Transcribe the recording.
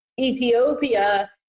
ethiopia